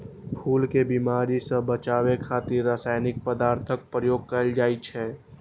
फूल कें बीमारी सं बचाबै खातिर रासायनिक पदार्थक प्रयोग कैल जाइ छै